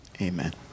Amen